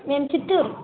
మేము చిత్తూరు